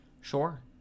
sure